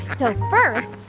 so, first,